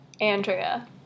Andrea